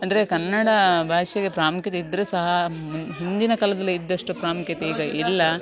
ಅಂದರೆ ಕನ್ನಡ ಭಾಷೆಗೆ ಪ್ರಾಮುಖ್ಯತೆ ಇದ್ದರೂ ಸಹ ಹಿಂದಿನ ಕಾಲದಲ್ಲಿ ಇದ್ದಷ್ಟು ಪ್ರಾಮುಖ್ಯತೆ ಈಗ ಇಲ್ಲ